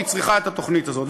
והיא צריכה את התוכנית הזאת,